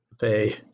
pay